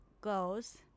goes